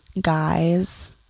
guys